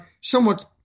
somewhat